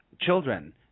children